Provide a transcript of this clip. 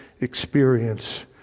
experience